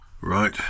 Right